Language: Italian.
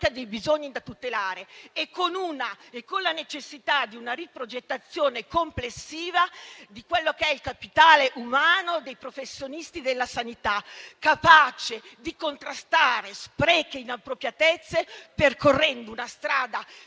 dei bisogni da tutelare e con la necessità di una riprogettazione complessiva del capitale umano dei professionisti della sanità, capace di contrastare sprechi e inappropriatezze, percorrendo una strada